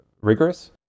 rigorous